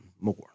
more